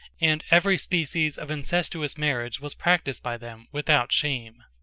and every species of incestuous marriage was practiced by them without shame.